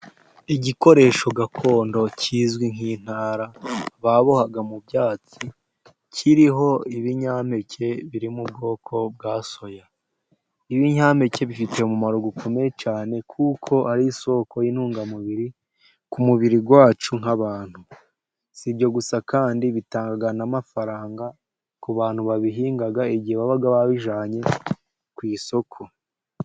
Igikoresho gakondo kizwi nk'intara, babohaga mu byatsi kiriho ibinyampeke biri mu bwoko bwa soya. Ibinyampeke bifite umumaro ukomeye cyane kuko ari isoko y'intungamubiri ku mubiri wacu nk'abantu. Si ibyo gusa kandi bitanga n'amafaranga ku bantu babihinga igihe waba wabijyanye ku isoko.